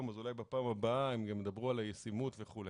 היום אז אולי בפעם הבאה הם גם ידברו על הישימות וכולי.